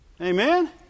Amen